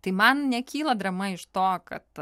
tai man nekyla drama iš to kad